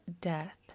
death